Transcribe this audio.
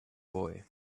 boy